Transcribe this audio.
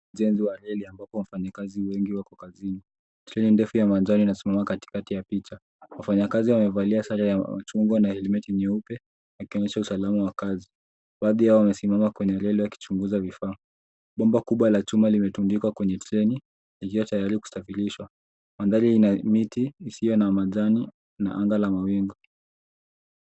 Ujenzi wa reli ambapo mfanyikazi wengi wako kazini. Treni ndefu ya majani inasongea katikati ya picha. Wafanyakazi wamevalia sare ya machungwa na helmeti nyeupe, wakionyesha usalama wa kazi. Baadhi yao wamesimama kwenye reli wakichunguza vifaa. Bomba kubwa la chuma limetundikwa kwenye treni ikiwa tayari kusafirishwa. Mandhari ina miti isiyo na majani na anga la mawingu.